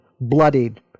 bloodied